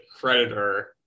creditor